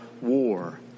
war